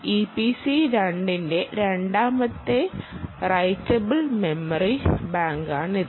EPC gen 2 ന്റെ രണ്ടാമത്തെ writable memory ബാങ്കാണിത്